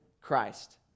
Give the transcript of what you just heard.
Christ